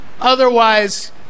otherwise